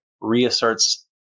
reasserts